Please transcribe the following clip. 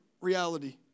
reality